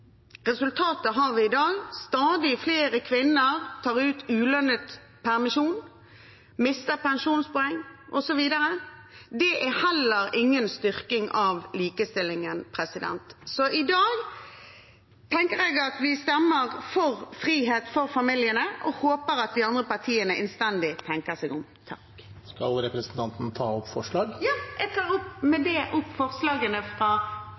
resultatet har vi i dag: Stadig flere kvinner tar ut ulønnet permisjon, mister pensjonspoeng osv. Det er heller ingen styrking av likestillingen. Så i dag stemmer vi for frihet for familiene og håper at de andre partiene tenker seg innstendig om. Jeg tar opp forslagene fra Fremskrittspartiet og de forslagene vi har felles med Senterpartiet. Da har representanten Silje Hjemdal tatt opp de forslagene